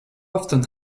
often